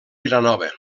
vilanova